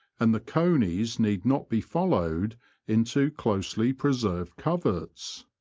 and the conies need not be followed into closely preserved coverts.